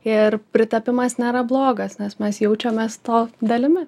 ir pritapimas nėra blogas nes mes jaučiamės to dalimi